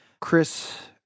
Chris